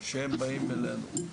שבאים אלינו.